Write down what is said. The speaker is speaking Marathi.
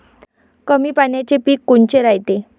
कमी पाण्याचे पीक कोनचे रायते?